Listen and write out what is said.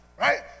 right